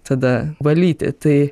tada valyti tai